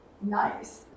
Nice